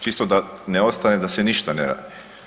Čisto da ne ostane da se ništa ne radi.